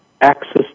access